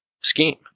scheme